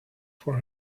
for